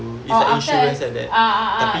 oh after a oh oh oh